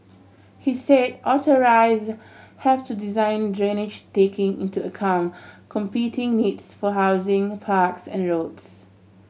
he said have to design drainage taking into account competing needs for housing parks and roads